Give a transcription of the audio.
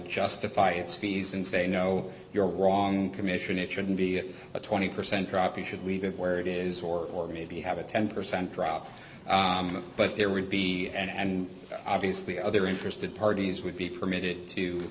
justify its fees and say no you're wrong commission it shouldn't be a twenty percent drop you should leave it where it is or maybe have a ten percent drop but there would be and obviously other interested parties would be permitted to